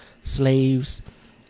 slaves